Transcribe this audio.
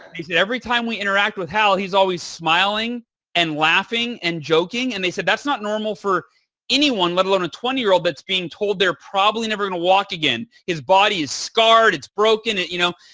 he said, every time we interact with hal he's always smiling and laughing and joking, and they said, that's not normal for anyone let alone a twenty year old that's being told they're probably never going to walk again. his body is scarred. it's broken. you know